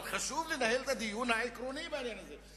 אבל חשוב לנהל את הדיון העקרוני בעניין הזה.